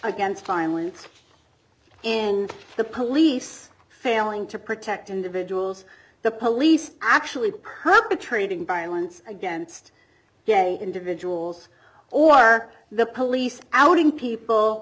against violence and the police failing to protect individuals the police actually perpetrating violence against individuals or the police outing people